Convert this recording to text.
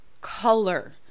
color